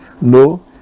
No